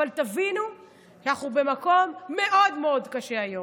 אבל תבינו שאנחנו במקום מאוד מאוד קשה היום,